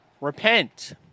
Repent